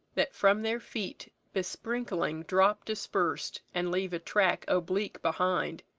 that from their feet besprinkling drop dispersed, and leave a track oblique behind.